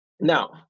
Now